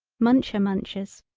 muncher munchers.